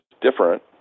different